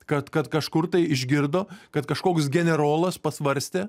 kad kad kažkur tai išgirdo kad kažkoks generolas pasvarstė